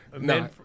no